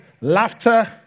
laughter